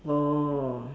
oh